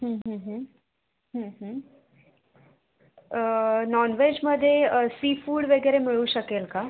non वेजमध्ये seafood वगैरे मिळू शकेल का